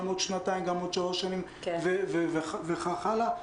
גם בעוד שנתיים, גם בעוד שלוש שנים וכך הלאה.